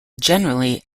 generally